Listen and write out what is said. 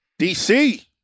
DC